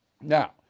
Now